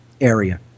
area